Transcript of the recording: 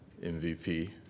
MVP